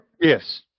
Yes